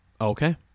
Okay